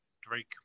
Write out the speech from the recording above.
Drake